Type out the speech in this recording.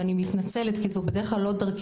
ואני מתנצלת כי זו בדרך לא דרכי,